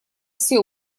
все